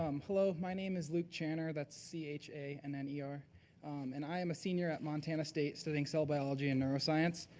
um hello my name is luke channer, that's c h a and n n e r and i'm a senior at montana state studying cell biology and neuroscience.